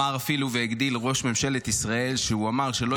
אפילו הגדיל ראש ממשלת ישראל ואמר שלא